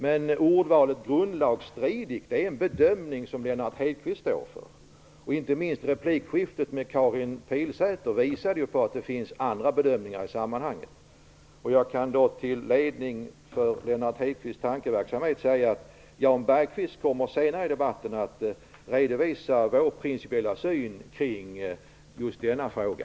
Men ordvalet "grundlagsstridigt" är en bedömning som Lennart Hedquist står för. Inte minst replikskiftet med Karin Pilsäter visade på att det finns andra bedömningar i sammanhanget. Jag kan till ledning för Lennart Hedquists tankeverksamhet säga att Jan Bergqvist kommer senare i debatten att redovisa vår principiella syn på just denna fråga.